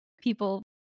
people